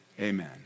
Amen